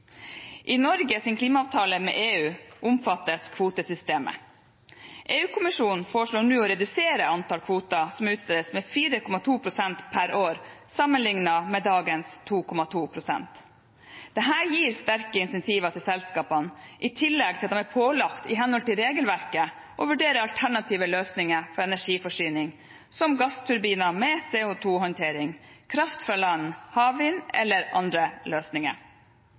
klimaavtale med EU omfattes kvotesystemet. EU-kommisjonen foreslår nå å redusere antall kvoter som utstedes, med 4,2 pst. per år sammenliknet med dagens 2,2 pst. Dette gir sterke incentiver til selskapene, i tillegg til at de er pålagt i henhold til regelverket å vurdere alternative løsninger for energiforsyning – som gassturbiner med CO 2 -håndtering, kraft fra land, havvind eller andre løsninger.